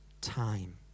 time